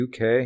UK